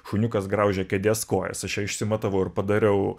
šuniukas graužia kėdės kojas aš ją išsimatavau ir padariau